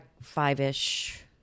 five-ish